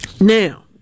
Now